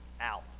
out